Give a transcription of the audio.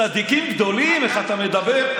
צדיקים גדולים: איך אתה מדבר.